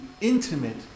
intimate